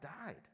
died